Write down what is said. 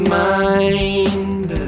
mind